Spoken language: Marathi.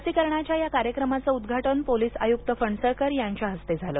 लसीकरणाच्या या कार्यक्रमाचे उद्घाटन पोलीस आयुक्त फणसळकर यांच्या हस्ते झाले